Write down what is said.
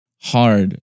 hard